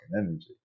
energy